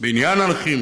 בעניין הנכים,